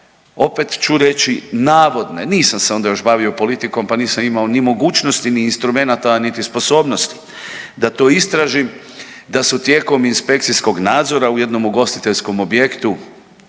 opet ću reći navodne, nisam se onda još bavio politikom pa nisam imao ni mogućnosti, ni instrumenata, a niti sposobnosti da to istražim, da su tijekom inspekcijskog nadzora u jednom ugostiteljskom objektu